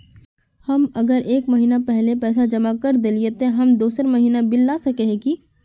हम अगर एक महीना पहले पैसा जमा कर देलिये ते हम दोसर महीना बिल ला सके है की?